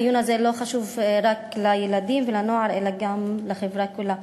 הדיון הזה לא חשוב רק לילדים ולנוער אלא גם לחברה כולה.